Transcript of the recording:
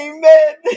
Amen